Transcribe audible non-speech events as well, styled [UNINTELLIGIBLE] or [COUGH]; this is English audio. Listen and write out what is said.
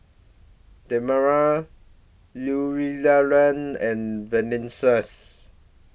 Damari Eulalia and [UNINTELLIGIBLE]